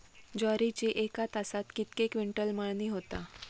ज्वारीची एका तासात कितके क्विंटल मळणी होता?